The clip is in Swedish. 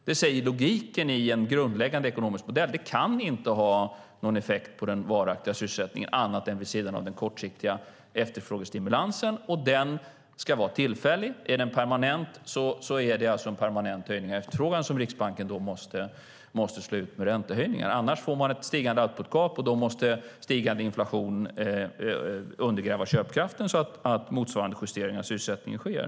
Det säger logiken i en grundläggande ekonomisk modell. Det kan inte ha någon effekt på den varaktiga sysselsättningen annat än vid sidan av den kortsiktiga efterfrågestimulansen, och den ska vara tillfällig. Är den permanent blir det en permanent höjning av efterfrågan som Riksbanken måste slå ut med räntehöjningar. Annars får man ett stigande uppåtgap, och då måste stigande inflation undergräva köpkraften, så att motsvarande justering av sysselsättningen sker.